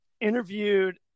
interviewed